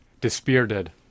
dispirited